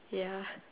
ya